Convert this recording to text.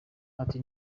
ati